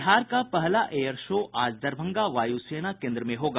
बिहार का पहला air show आज दरभंगा वायु सेना केन्द्र में होगा